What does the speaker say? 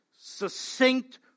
succinct